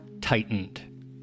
tightened